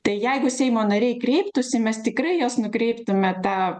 tai jeigu seimo nariai kreiptųsi mes tikrai juos nukreiptume tą